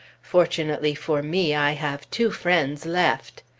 fortunately for me, i have two friends left.